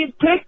pick